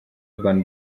urban